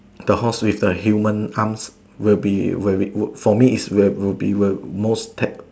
the horse with the human arms will be will be for me is will be most tag